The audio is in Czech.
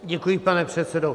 Děkuji, pane předsedo.